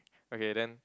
okay then